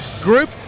group